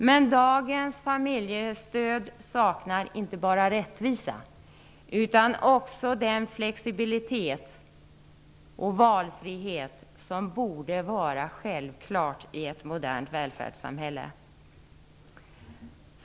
Men dagens familjestöd saknar inte bara rättvisa utan också den flexibilitet och valfrihet som borde vara självklara inslag i ett modernt välfärdssamhälle.